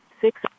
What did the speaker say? six